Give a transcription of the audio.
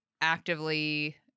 actively